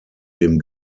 dem